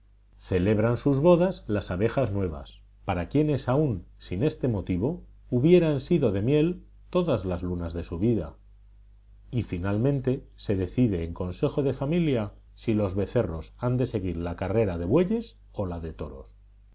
celebran sus bodas las abejas nuevas para quienes aun sin este motivo hubieran sido de miel todas las lunas de su vida y finalmente se decide en consejo de familia si los becerros han de seguir la carrera de bueyes o la de toros